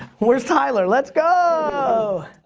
where's tyler let's go!